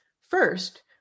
First